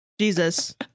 Jesus